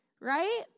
Right